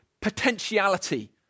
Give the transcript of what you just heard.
potentiality